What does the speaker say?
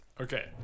Okay